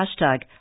hashtag